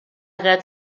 creat